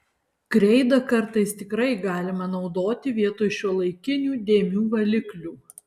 kreidą kartais tikrai galima naudoti vietoj šiuolaikinių dėmių valiklių